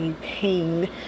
pain